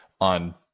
on